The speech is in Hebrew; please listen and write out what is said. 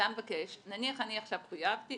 נניח אני עכשיו חויבתי,